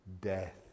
death